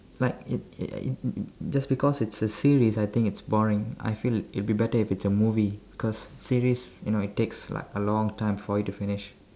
like it just because it's a series I think it's boring I feel it'll be better if it's a movie because series you know it takes like a long time for it to finish